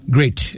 Great